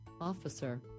officer